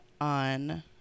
on